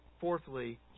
fourthly